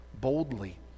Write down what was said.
boldly